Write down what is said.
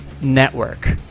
network